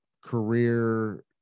career